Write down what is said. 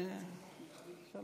בבקשה,